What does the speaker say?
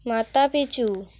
মাথাপিছু